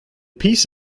piece